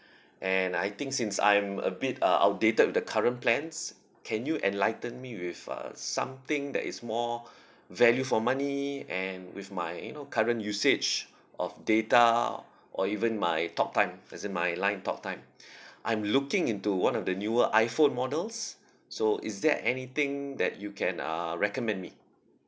and I think since I am a bit uh outdated with the current plans can you enlighten me with uh something that is more value for money and with my you know current usage of data or even my talk time as in my line talk time I'm looking into one of the newer iphone models so is there anything that you can uh recommend me